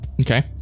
Okay